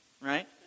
right